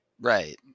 Right